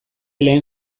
lehen